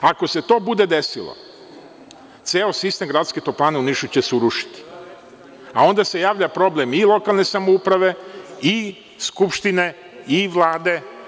Ako se to bude desilo, ceo sistem „Gradske toplane“ u Nišu će se urušiti, a onda se javlja problem i lokalne samouprave i skupštine i Vlade.